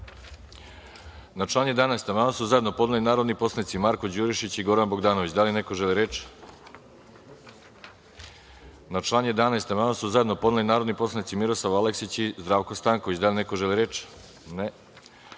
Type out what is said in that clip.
lan 11. amandman su zajedno podneli narodni poslanici Marko Đurišić i Goran Bogdanović. Da li neko želi reč? (Ne)Na lan 11. amandman su zajedno podneli narodni poslanici Miroslav Aleksić i Zdravko Stanković. Da li neko želi reč?